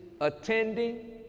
attending